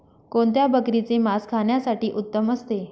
कोणत्या बकरीचे मास खाण्यासाठी उत्तम असते?